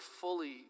fully